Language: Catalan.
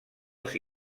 els